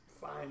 fine